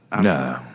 No